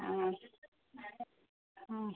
ಹಾಂ ಹ್ಞೂ